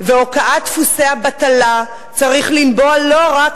והוקעת דפוסי הבטלה צריך לנבוע לא רק